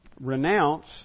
renounce